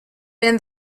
been